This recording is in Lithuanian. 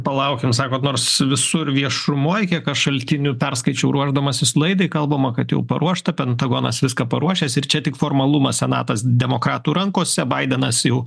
palaukim sakot nors visur viešumoj kiek aš šaltinių perskaičiau ruošdamasis laidai kalbama kad jau paruošta pentagonas viską paruošęs ir čia tik formalumas senatas demokratų rankose baidenas jau